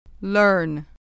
learn